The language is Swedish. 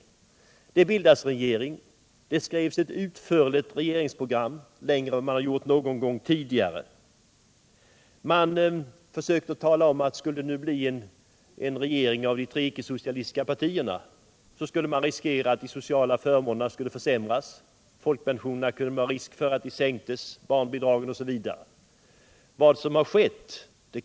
Men det bildades en regering, och man skrev ett utförligt regeringsprogram, längre än vad som utarbetats någonsin tidigare. Socialdemokraterna sade vidare att man, om det skulle bildas en regering grundad på de icke-socialistiska partierna, skulle riskera att de sociala förmånerna skulle försämras. Det kunde vara risk för att folkpensionerna skulle sänkas, barnbidragen urholkas osv.